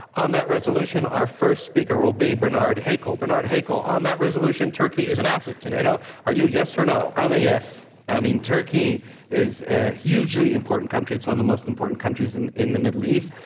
on that resolution, our first speaker will be bernard haykel. bernard haykel, on that resolution turkey is an asset to nato are you yes or no? i'm a yes. absolutely. i mean, turkey is a hugely important country. it's one of the most important countries in in the middle east,